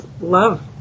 love